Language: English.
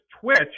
Twitch